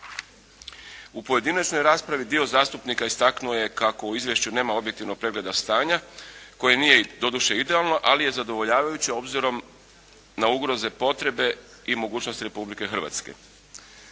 U pojedinačnoj raspravi dio zastupnika istaknuo je kako u izvješću nema objektivnog pregleda stanja koje nije doduše idealno, ali je zadovoljavajuće obzirom na ugroze, potrebe i mogućnosti Republike Hrvatske.